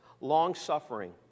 long-suffering